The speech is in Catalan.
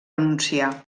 renunciar